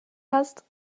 hast